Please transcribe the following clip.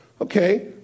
okay